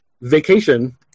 vacation